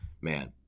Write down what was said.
man